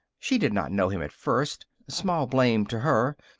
she did not know him at first. small blame to her,